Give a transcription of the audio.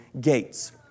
gates